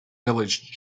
village